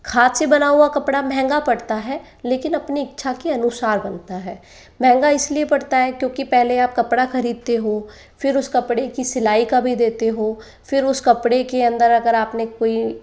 हाथ से बना हुआ कपड़ा महँगा पड़ता है लेकिन अपनी इच्छा के अनुसार बनता है महँगा इसलिए पड़ता है क्योंकि पहले आप कपड़ा खरीदते हो फिर उस कपड़े की सिलाई का भी देते हो फिर उस कपड़े के अंदर अगर आपने कोई